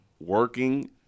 working